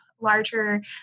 larger